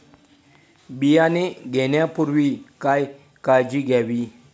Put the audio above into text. बियाणे घेण्यापूर्वी काय काळजी घ्यावी?